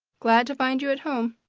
glad to find you at home.